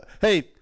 Hey